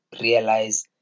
realize